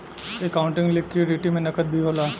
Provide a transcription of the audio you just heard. accounting liquidity में नकद भी होला